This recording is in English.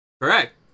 Correct